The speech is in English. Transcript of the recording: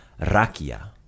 Rakia